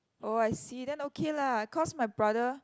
oh I see then okay lah cause my brother